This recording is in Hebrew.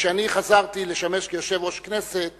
כשאני חזרתי לשמש כיושב-ראש הכנסת